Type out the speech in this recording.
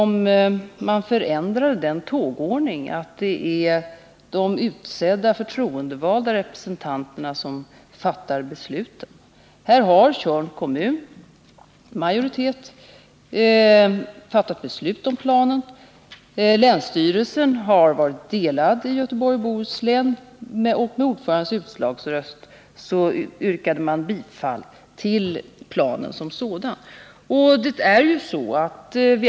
Men när ändrades tågordningen att det är de förtroendevalda representanterna som fattar beslutet? Här har majoriteten inom Tjörns kommun fattat beslut om planen. Inom länsstyrelsen i Göteborgs och Bohus län har det rått delade meningar i frågan, men med ordförandens utslagsröst gav man sitt bifall till planen som sådan.